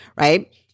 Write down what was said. right